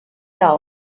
down